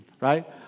Right